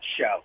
show